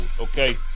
okay